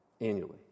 annually